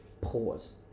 pause